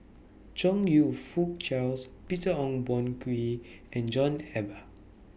Chong YOU Fook Charles Peter Ong Boon Kwee and John Eber